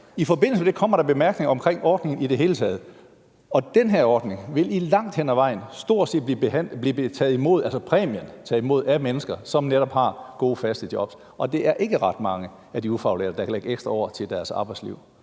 I forbindelse med det kommer der bemærkninger om ordningen i det hele taget. Og den her ordning vil langt hen ad vejen stort set blive taget imod, altså præmien, af mennesker, som netop har gode faste job. Og det er ikke ret mange af de ufaglærte, der kan lægge ekstra år til deres arbejdsliv.